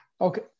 Okay